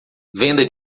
venda